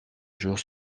jour